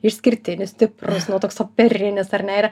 išskirtinis stiprus nu toks operinis ar ne ir